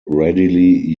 readily